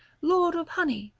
lord of honey,